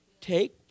take